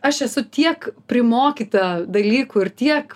aš esu tiek primokyta dalykų ir tiek